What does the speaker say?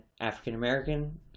African-American